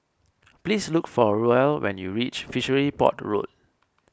please look for Ruel when you reach Fishery Port Road